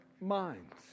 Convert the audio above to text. minds